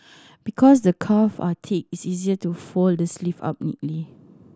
because the cuff are thick it's easier to fold the sleeve up neatly